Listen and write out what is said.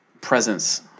presence